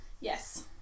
Yes